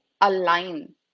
align